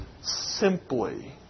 simply